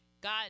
God